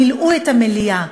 מילאו את המליאה.